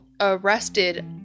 arrested